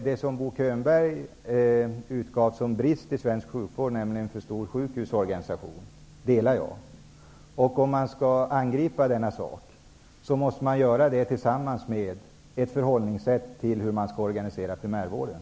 Bo Könberg pekade på en brist i svensk sjukvård, nämligen den alltför stora sjukhusorganisationen. Jag delar den uppfattningen. Om denna sak skall angripas måste det ske parallellt med att frågan om förhållningssättet tas upp när det gäller organisationen av primärvården.